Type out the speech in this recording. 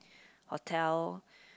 hotel